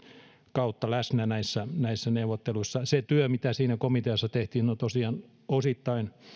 kautta läsnä näissä näissä neuvotteluissa se työ mitä siinä komiteassa tehtiin on tosiaan osittain